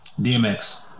DMX